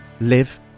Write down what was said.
live